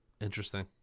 Interesting